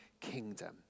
kingdom